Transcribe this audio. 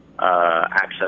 Access